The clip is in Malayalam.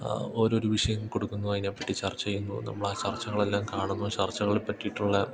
ഓരോരോ വിഷയം കൊടുക്കുന്നു അതിനെ പറ്റി ചർച്ച ചെയ്യുന്നു നമ്മളാ ചർച്ചകളെല്ലാം കാണുന്നു ചർച്ചകളിൽ പറ്റിയിട്ടുള്ള